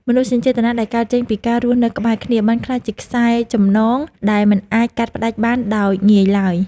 មនោសញ្ចេតនាដែលកើតចេញពីការរស់នៅក្បែរគ្នា បានក្លាយជាខ្សែចំណងដែលមិនអាចកាត់ផ្តាច់បានដោយងាយឡើយ។